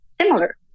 similar